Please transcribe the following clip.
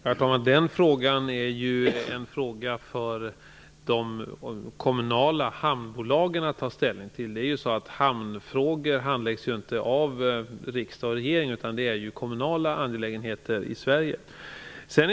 Herr talman! Det är en fråga för de kommunala hamnbolagen att ta ställning till. Hamnfrågor handläggs ju inte av riksdag och regering, utan det är kommunala angelägenheter i Sverige.